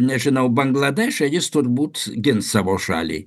nežinau bangladeše jis turbūt gins savo šalį